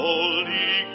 Holy